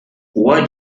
what